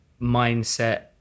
mindset